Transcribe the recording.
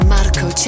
Marco